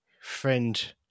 friend